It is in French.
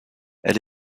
elle